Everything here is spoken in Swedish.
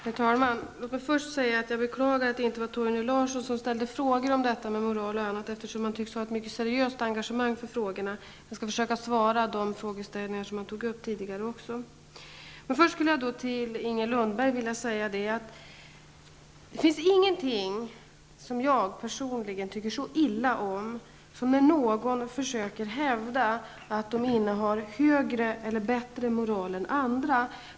Herr talman! Låt mig först säga att jag beklagar att det inte var Torgny Larsson som tog upp frågan om moral, eftersom han tycks ha ett mycket seriöst engagemang i dessa frågor. Jag skall försöka svara på de frågor han ställde. Först vill jag emellertid säga till Inger Lundberg att det inte finns någonting som jag personligen tycker så illa om som när någon försöker hävda att han eller hon har högre eller bättre moral än andra.